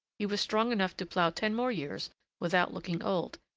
he was strong enough to plough ten more years without looking old,